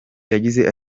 yagize